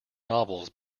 novels